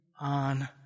on